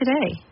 today